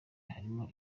harimo